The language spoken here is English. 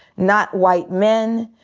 not white men,